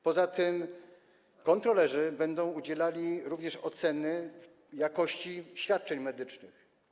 Poza tym kontrolerzy będą dokonywali również oceny jakości świadczeń medycznych.